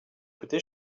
coûté